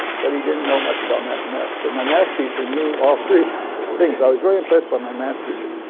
but he didn't know much about mathematics. but my math teacher knew all three things. i was very impressed by my math teacher.